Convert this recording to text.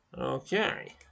Okay